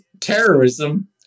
terrorism